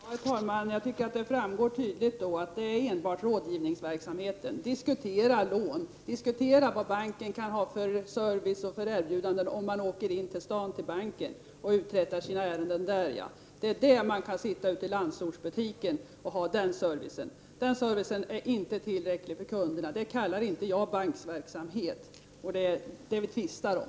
Herr talman! Jag tycker att det framgår tydligt att det enbart är rådgivningsverksamhet som kan förekomma — att diskutera lån, att diskutera vilken service och vilka erbjudanden banken kan ha om man åker in till banken i staden och uträttar sina ärenden där. Det är den servicen man kan ha ute i landsortsbutiken, och det är inte tillräckligt för kunderna, det kallar inte jag bankverksamhet — och det är alltså det vi tvistar om.